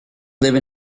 live